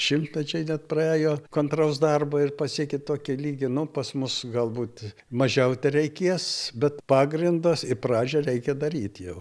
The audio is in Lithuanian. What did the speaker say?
šimtmečiai net praėjo kantraus darbo ir pasiekė tokį lygį nu pas mus galbūt mažiau tereikės bet pagrindas ir pradžią reikia daryt jau